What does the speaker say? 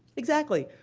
exactly.